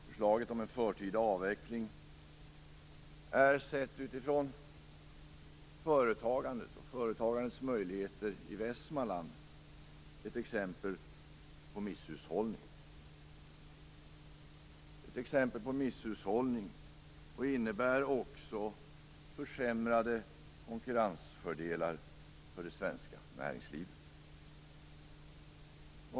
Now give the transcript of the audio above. Förslaget om en förtida avveckling är, sett utifrån företagandet och företagandets möjligheter i Västmanland, ett exempel på misshushållning och innebär också minskade konkurrensfördelar för det svenska näringslivet.